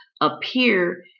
appear